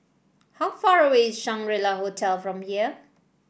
how far away is Shangri La Hotel from here